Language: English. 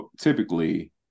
typically